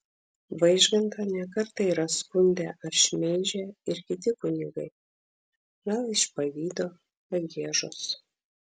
vaižgantą ne kartą yra skundę ar šmeižę ir kiti kunigai gal iš pavydo pagiežos